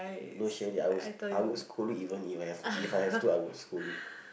no sharing I would I would scold even even if I have to I would scold you